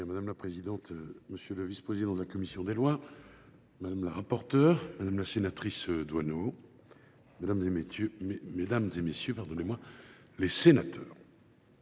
Madame la présidente, monsieur le vice président de la commission des lois, madame la rapporteure, madame la sénatrice Doineau, mesdames, messieurs les sénateurs,